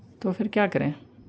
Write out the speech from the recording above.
तो फिर क्या करें